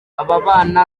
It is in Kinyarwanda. ababana